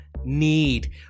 need